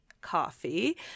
coffee